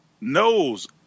knows